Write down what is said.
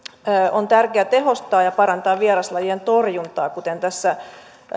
on tärkeää tehostaa ja parantaa vieraslajien torjuntaa kuten tässä